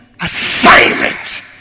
assignment